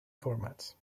formats